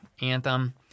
anthem